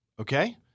Okay